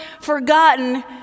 forgotten